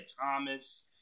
Thomas